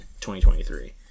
2023